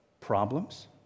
Problems